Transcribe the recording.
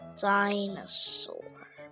dinosaur